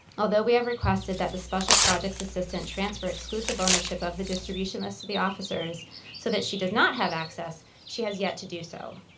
although we have requested that the special projects assistant transfer exclusive ownership of the distribution list to the officers so that she does not have access, she has yet to do so.